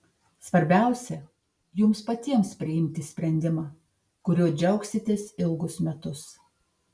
svarbiausia jums patiems priimti sprendimą kuriuo džiaugsitės ilgus metus